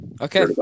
Okay